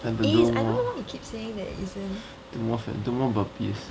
and to do more burpees